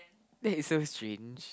that is so strange